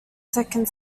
second